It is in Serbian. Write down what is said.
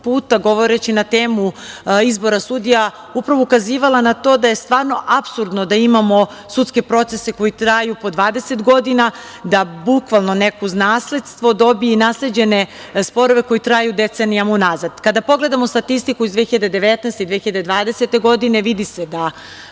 puta govoreći na temu izbora sudija, upravo ukazivala na to da je stvarno apsurdno da imamo sudske procese koji traju po 20 godina, da bukvalno, neko uz nasledstvo dobije nasleđene sporove koji traju decenijama unazad. Kada pogledamo statistiku iz 2019. i 2020. godine, vidi se da